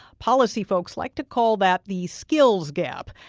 policy folks like to call that the skills gap.